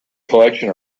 collection